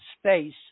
space